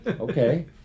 okay